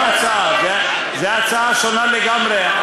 זאת לא ההצעה, זאת הצעה שונה לגמרי.